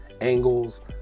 angles